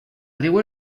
riu